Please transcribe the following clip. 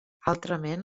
altrament